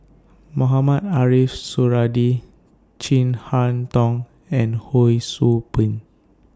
Mohamed Ariff Suradi Chin Harn Tong and Ho SOU Ping